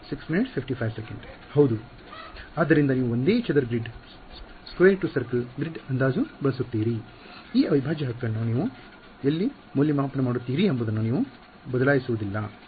ಆದ್ದರಿಂದ ನೀವು ಒಂದೇ ಚದರ grid square to circle grid ಅಂದಾಜು ಬಳಸುತ್ತೀರಿ square grid square to circle grid approximation ಈ ಅವಿಭಾಜ್ಯ ಹಕ್ಕನ್ನು ನೀವು ಎಲ್ಲಿ ಮೌಲ್ಯಮಾಪನ ಮಾಡುತ್ತೀರಿ ಎಂಬುದನ್ನು ನೀವು ಬದಲಾಯಿಸುವುದಿಲ್ಲ